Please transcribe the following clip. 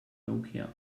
nokia